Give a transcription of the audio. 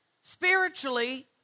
spiritually